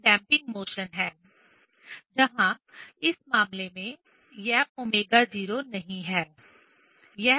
यह damping motion है जहां इस मामले में यह ω0 नहीं है यह ω है